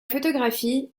photographie